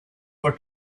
were